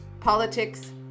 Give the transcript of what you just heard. Politics